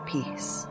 Peace